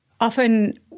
often